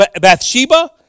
Bathsheba